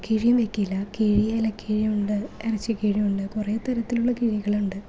കിഴിയും വെക്കില്ല കിഴി ഇല കിഴിയുണ്ട് ഇറച്ചിക്കിഴിയുണ്ട് കുറെ തരത്തിലുള്ള കിഴികളുണ്ട്